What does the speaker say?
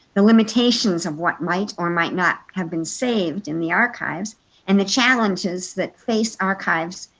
the limitations of what might or might not have been saved in the archives and the challenges that face archives,